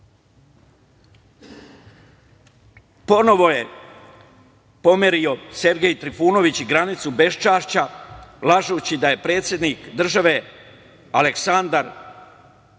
je pomerio Sergej Trifunović i granicu beščašća lažući da je predsednik države, Aleksandar Vučić,